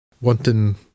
wanting